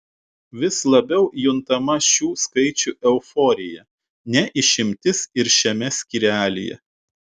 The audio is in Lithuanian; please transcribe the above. vis labiau juntama šių skaičių euforija ne išimtis ir šiame skyrelyje